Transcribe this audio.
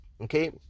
okay